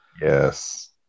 Yes